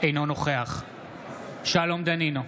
אינו נוכח שלום דנינו,